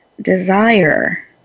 desire